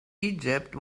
egypt